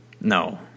No